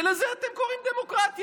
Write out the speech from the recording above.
שלזה אתם קוראים דמוקרטיה.